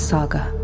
Saga